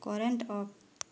current off